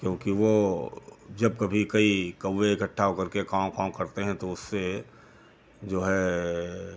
क्योंकि वो जब कभी कई कौए इकट्ठा हो करके कांव कांव करते हैं तो उससे जो है